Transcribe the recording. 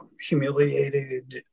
Humiliated